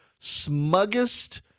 smuggest